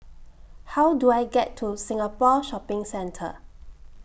How Do I get to Singapore Shopping Centre